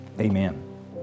Amen